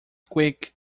quick